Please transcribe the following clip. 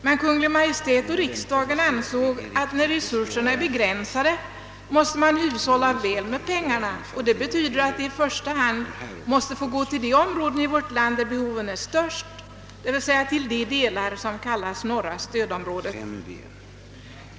Men Kungl. Maj:t och riksdagen ansåg att när resurserna är begränsade, måste man hushålla väl med pengarna. Detta betyder att vi 1 första hand måste gå till de områden i vårt land där behovet är störst, d. v. s. de delar som kallas norra stödområdet.